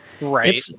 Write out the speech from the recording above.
right